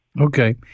Okay